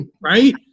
Right